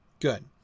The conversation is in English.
Good